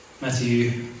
Matthew